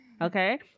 Okay